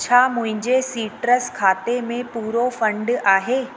छा मुंहिंजे सिट्रस खाते में पूरो फंड आहे